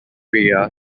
rhea